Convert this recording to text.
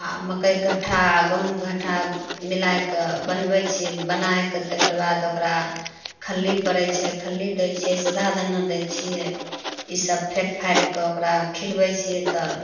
आ मकैके घट्ठा गहुँमके घट्ठा मिलाइके बनबै छियै बनाइके तेकरबाद ओकरा खल्ली पड़ैत छै खल्ली दै छियै सुधा दाना दै छियै ई सब फेटफाटि कऽ ओकरा खिलबैत छियै तऽ